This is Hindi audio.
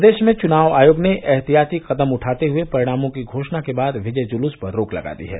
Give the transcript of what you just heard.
प्रदेश में चुनाव आयोग ने एहतियाती कदम उठाते हुये परिणामों की घोषणा के बाद विजय जुलूस पर रोक लगा दी है